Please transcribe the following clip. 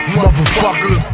motherfucker